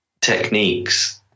techniques